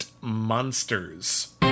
Monsters